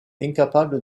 incapable